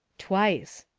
twice.